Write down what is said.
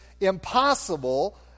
impossible